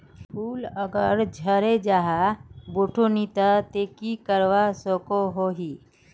फूल अगर झरे जहा बोठो नी ते की करवा सकोहो ही?